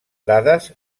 dades